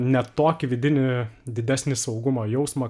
ne tokį vidinį didesnį saugumo jausmą